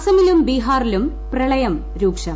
അസ്റ്റമിലും ബീഹാറിലും പ്രളയം രൂക്ഷം